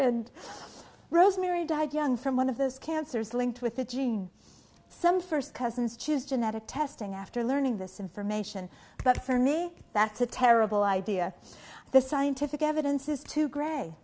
and rosemary died young from one of those cancers linked with the gene some first cousins choose genetic testing after learning this information but for me that's a terrible idea the scientific evidence is too gr